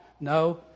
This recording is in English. No